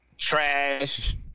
Trash